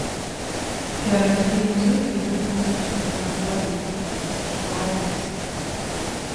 keramikiniai zuikiai lipdomi iš vidinio poreikio iš baimės